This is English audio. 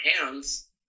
hands